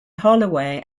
holloway